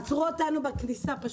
עצרו אותנו בכניסה.